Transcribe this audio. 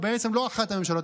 בעצם לא אחת הממשלות,